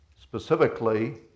specifically